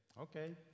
okay